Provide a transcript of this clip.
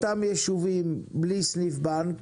לגבי אותם ישובים שאין בהם סניף בנק